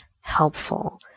helpful